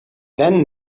then